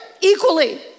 equally